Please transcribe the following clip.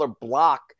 block